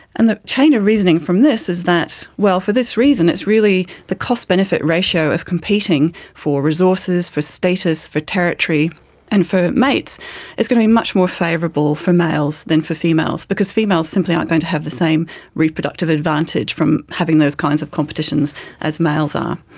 and the chain of reasoning from this is that, well, for this reason it's really the cost benefit ratio of competing for resources, for status, the territory and for mates is going to be much more favourable for males than for females because females simply aren't going to have the same reproductive advantage from having those kinds of competitions as males are.